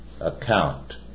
account